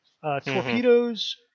torpedoes